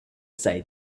say